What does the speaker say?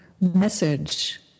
message